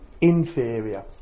inferior